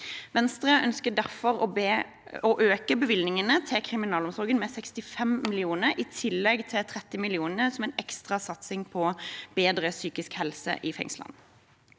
Venstre ønsker derfor å øke bevilgningene til kriminalomsorgen med 65 mill. kr, i tillegg til 30 mill. kr som en ekstra satsing på bedre psykisk helse i fengslene.